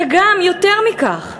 וגם יותר מכך,